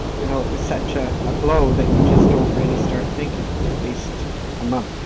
you know, such ah a blow that you just don't really start thinking for at least a month.